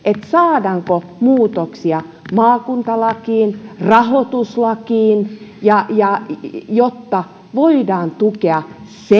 saadaanko muutoksia maakuntalakiin rahoituslakiin jotta voidaan tukea